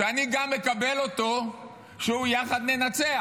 שאני גם מקבל אותו כשהוא "יחד ננצח".